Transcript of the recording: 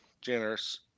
generous